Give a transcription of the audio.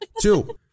Two